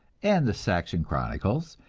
and the saxon chronicles,